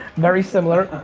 very similar,